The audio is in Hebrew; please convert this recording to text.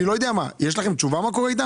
יש לכם תשובה לגבי מה שקורה?